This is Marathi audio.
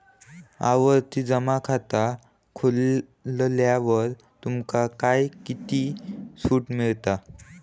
आवर्ती जमा खाता खोलल्यावर तुमका काय किती सूट मिळता?